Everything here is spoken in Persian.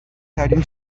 ترین